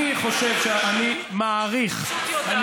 אני פשוט יודעת, פינוי יישובים.